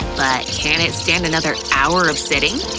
but can it stand another hour of sitting?